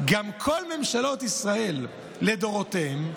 גם כל ממשלות ישראל לדורותיהן,